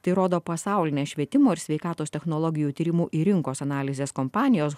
tai rodo pasaulinė švietimo ir sveikatos technologijų tyrimų i rinkos analizės kompanijos